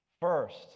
First